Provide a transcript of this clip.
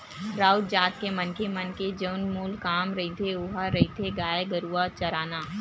राउत जात के मनखे मन के जउन मूल काम रहिथे ओहा रहिथे गाय गरुवा चराना